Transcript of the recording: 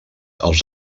els